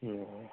ए अँ